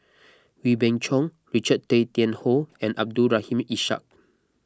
Wee Beng Chong Richard Tay Tian Hoe and Abdul Rahim Ishak